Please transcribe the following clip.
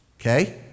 Okay